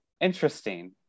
Interesting